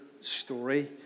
story